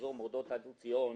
באזור מורדות הר ציון,